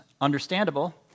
understandable